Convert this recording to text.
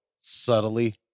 subtly